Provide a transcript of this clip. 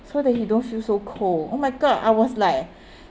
so that he don't feel so cold oh my god I was like